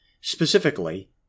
Specifically